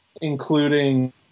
including